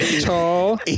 Tall